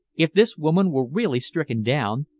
if this woman were really stricken down,